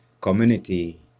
community